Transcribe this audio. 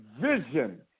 vision